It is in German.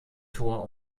thor